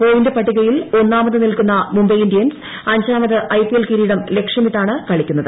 point പട്ടികയിൽ ഒന്നാമത് നിൽക്കുന്ന മുംബൈ ഇന്ത്യൻസ് അഞ്ചാമത് ഐപിഎൽ കിരീടം ലക്ഷ്യമിട്ടാണ് കളിക്കുന്നത്